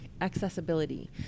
accessibility